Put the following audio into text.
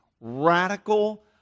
radical